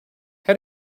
how